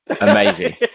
amazing